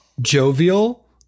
Jovial